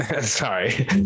sorry